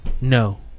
no